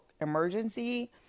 emergency